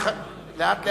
לאט.